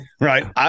right